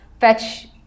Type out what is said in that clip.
fetch